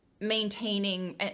maintaining